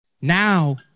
now